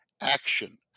action